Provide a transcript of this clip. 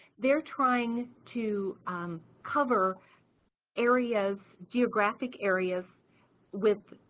they're trying to cover areas geographic areas with